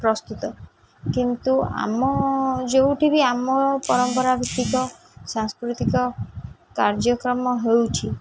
ପ୍ରସ୍ତୁତ କିନ୍ତୁ ଆମ ଯେଉଁଠି ବି ଆମ ପରମ୍ପରା ଭିତ୍ତିକ ସାଂସ୍କୃତିକ କାର୍ଯ୍ୟକ୍ରମ ହେଉଛି